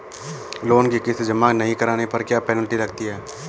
Loan की किश्त जमा नहीं कराने पर क्या पेनल्टी लगती है?